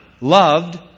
loved